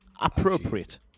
appropriate